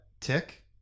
tick